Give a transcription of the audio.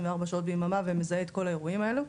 שעות ביממה ומזהה את כל האירועים האלו,